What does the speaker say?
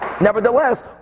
nevertheless